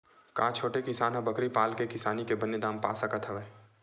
का छोटे किसान ह बकरी पाल के किसानी के बने दाम पा सकत हवय?